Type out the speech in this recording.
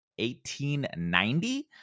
1890